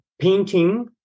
Painting